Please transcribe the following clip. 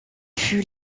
fut